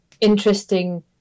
interesting